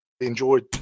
enjoyed